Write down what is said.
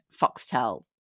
Foxtel